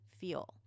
feel